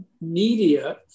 media